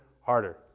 harder